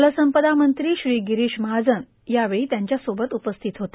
जलसंपदा मंत्री श्री गिरीश महाजन यावेळी त्यांच्यासोबत उपस्थित होते